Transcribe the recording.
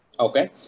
Okay